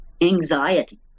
anxieties